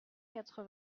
quatre